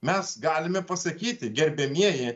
mes galime pasakyti gerbiamieji